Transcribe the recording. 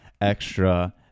extra